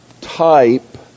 type